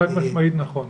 חד-משמעית נכון.